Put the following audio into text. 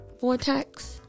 vortex